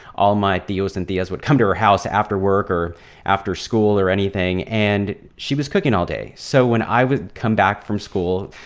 all my tios and tias would come to her house after work or after school or anything, and she was cooking all day. so when i would come back from school,